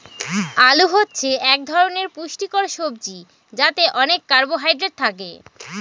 আলু হচ্ছে এক ধরনের পুষ্টিকর সবজি যাতে অনেক কার্বহাইড্রেট থাকে